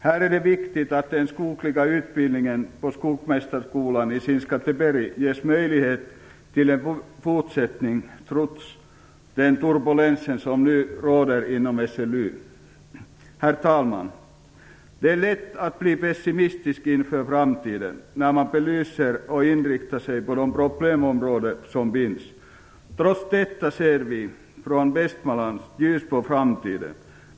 Här är det viktigt att den skogliga utbildningen på Skogsmästarskolan i Skinnskatteberg ges möjlighet till en fortsättning trots den nuvarande turbulensen inom SLU. Herr talman! Det är lätt att bli pessimistisk inför framtiden när man inriktar sig på de problemområden som finns. Trots detta ser vi från Västmanland ljust på framtiden.